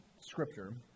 Scripture